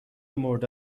مورد